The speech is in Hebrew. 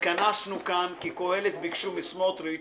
התכנסנו כאן כי קהלת ביקשו מסמוטריץ